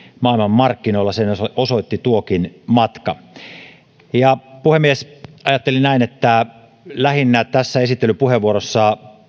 maailmanmarkkinoilla sen osoitti tuokin matka puhemies ajattelin näin että tässä esittelypuheenvuorossa